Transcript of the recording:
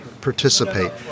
participate